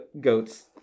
goats